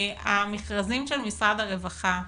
המכרזים של משרד הרווחה,